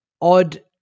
odd